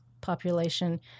population